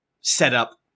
setup